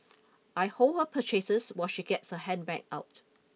I hold her purchases while she gets her handbag out